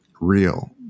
real